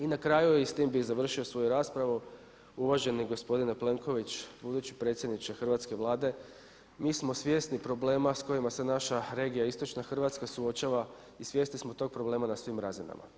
I na kraju i s tim bi završio svoju raspravu, uvaženi gospodine Plenković, budući predsjedniče hrvatske Vlade, mi smo svjesni problema s kojima se naša regija Istočna Hrvatska suočava i svjesni smo tog problema na svim razinama.